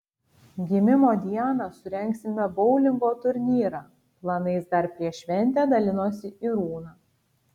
gimimo dieną surengsime boulingo turnyrą planais dar prieš šventę dalinosi irūna